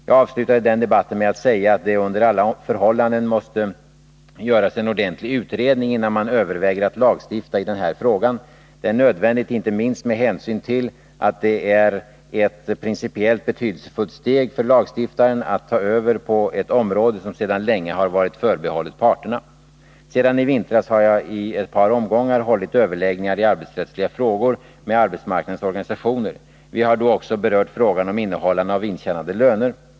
Jag avslutade den debatten med att säga att det under alla förhållanden måste göras en ordentlig utredning innan man överväger att lagstifta i den här frågan. Det är nödvändigt inte minst med hänsyn till att det är ett principiellt betydelsefullt steg för lagstiftaren att ta över på ett område som sedan länge har varit förbehållet parterna. Sedan i vintras har jag i ett par omgångar hållit överläggningar i arbetsrättsliga frågor med arbetsmarknadens organisationer. Vi har då också berört frågan om innehållande av intjänade löner.